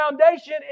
foundation